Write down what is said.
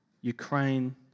Ukraine